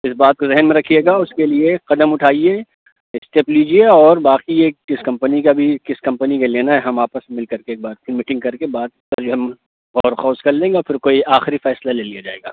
اِس بات کو ذہن میں رکھیے گا اُس کے لیے قدم اُٹھائیے اسٹیپ لیجیے اور باقی یہ کس کمپنی کا بھی کس کمپمی کے لینا ہے ہم آپس میں مل کر کے ایک بار پھر میٹنگ کر کے بات پر جو ہے ہم غور خوص کر لیں گے اور پھر کوئی آخری فیصلہ لے لیا جائے گا